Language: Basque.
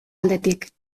aldetik